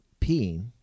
peeing